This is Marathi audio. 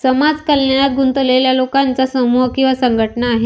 समाज कल्याणात गुंतलेल्या लोकांचा समूह किंवा संघटना आहे